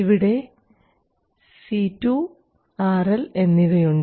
ഇവിടെ C2 RL എന്നിവയുണ്ട്